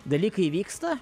dalykai vyksta